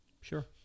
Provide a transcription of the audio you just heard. sure